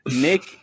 Nick